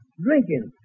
Drinking